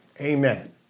Amen